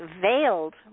veiled